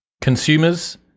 Consumers